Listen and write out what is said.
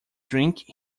drink